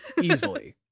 easily